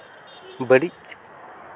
ᱵᱟᱹᱲᱤᱡᱽ